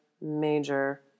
major